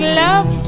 love